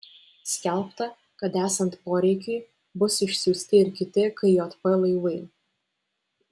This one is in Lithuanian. skelbta kad esant poreikiui bus išsiųsti ir kiti kjp laivai